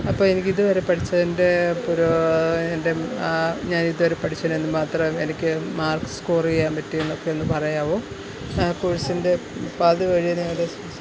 അപ്പോൾ എനിക്ക് ഇത് വരെ പഠിച്ചതിൻ്റെ പുരോഗതി എൻ്റെ ആ ഞാൻ ഇതുവരെ പഠിച്ചതിന് എന്തു മാത്രം എനിക്ക് മാർക്സ് സ്കോർ ചെയ്യാൻ പറ്റി എന്നൊക്കെ ഒന്ന് പറയാമോ ആ കോഴ്സിൻ്റെ പാതി വഴിയിൽ ഞാൻ